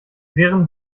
wären